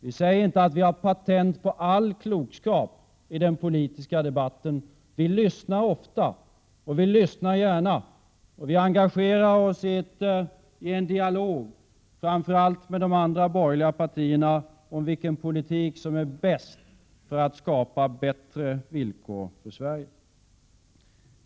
Vi säger inte att vi har patent på all klokskap i den politiska debatten. Vi lyssnar ofta och gärna. Vi engagerar oss i en dialog, framför allt med de andra borgerliga partierna, om vilken politik som är bäst lämpad för att skapa bättre villkor för Sverige.